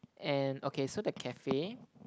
and okay so the cafe